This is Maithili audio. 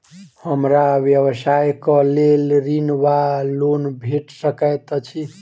हमरा व्यवसाय कऽ लेल ऋण वा लोन भेट सकैत अछि?